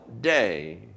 day